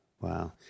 Wow